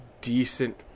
decent